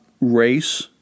race